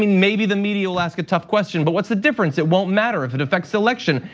maybe the media will ask a tough question, but what's the difference? it won't matter, if it affects the election,